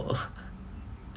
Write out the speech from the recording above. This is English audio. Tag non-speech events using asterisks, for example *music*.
*laughs*